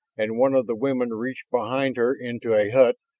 and one of the women reached behind her into a hut,